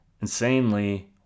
insanely